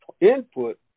input